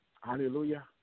Hallelujah